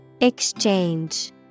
Exchange